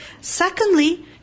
Secondly